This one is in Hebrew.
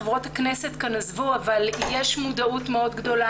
חברות הכנסת עזבו אבל יש מודעות מאוד גדולה